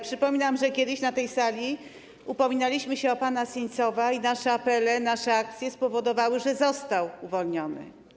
Przypominam, że kiedyś na tej sali upominaliśmy się o pana Sencowa i nasze apele, nasze akcje spowodowały, że został uwolniony.